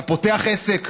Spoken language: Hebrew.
אתה פותח עסק,